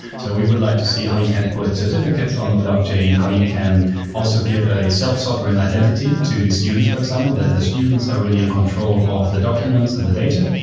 so we would like to see how you can put certificates on the blockchain, and how you can also give a self-sovereign identity to students, for example, that the students are really in control of the documents and the data,